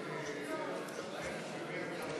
הוצאות שונות,